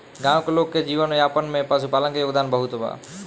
गाँव के लोग के जीवन यापन में पशुपालन के योगदान बहुत बा